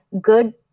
good